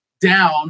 down